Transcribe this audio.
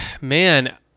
Man